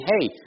hey